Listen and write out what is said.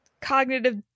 cognitive